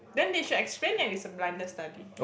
then they should explain that it's a blinded study